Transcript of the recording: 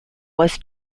was